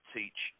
teach